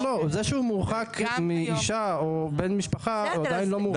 זה שהוא מורחק מאישה או מבן משפחה הוא עדיין לא מורחק מהילדים.